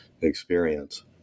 experience